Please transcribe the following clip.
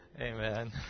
Amen